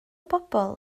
bobl